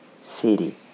city